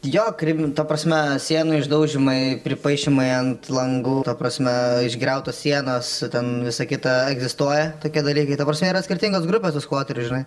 jo krim ta prasme sienų išdaužymai pripaišymai ant langų ta prasme išgriautos sienos ten visa kita egzistuoja tokie dalykai ta prasme yra skirtingos grupės tų skvoterių žinai